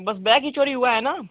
बस बैग ही चोरी हुआ है न